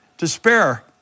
despair